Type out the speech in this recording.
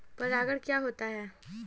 परागण क्या होता है?